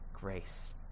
grace